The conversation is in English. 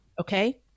okay